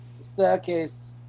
Staircase